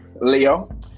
Leo